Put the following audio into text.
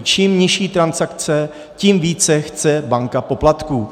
Čím nižší transakce, tím více chce banka poplatků.